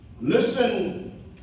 Listen